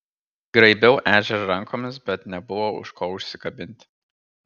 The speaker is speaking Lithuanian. graibiau ežerą rankomis bet nebuvo už ko užsikabinti